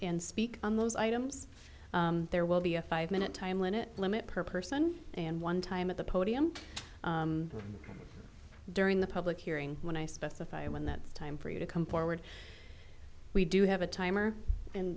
and speak on those items there will be a five minute time limit limit per person and one time at the podium during the public hearing when i specify when that time for you to come forward we do have a timer and